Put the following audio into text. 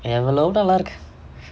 எவளோ நல்லா இருக்கு:evalo nallaa irukku